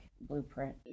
blueprint